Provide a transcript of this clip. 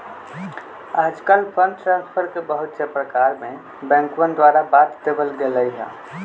आजकल fund transfer के बहुत से प्रकार में बैंकवन द्वारा बांट देवल गैले है